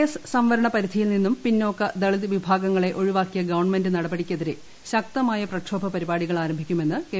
S സംവരണ പരിധിയിൽ നിന്നും പിന്നാക്ക ദളിത് വിഭാഗങ്ങളെ ഒഴിവാക്കിയ ഗവൺമെന്റ് നടപടിക്കെതിരെ ശക്തമായ പ്രക്ഷോഭ പരിപാടികൾ ആരംഭിക്കുമെന്ന് കെ